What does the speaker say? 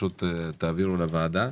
תעבירו תשובות לוועדה.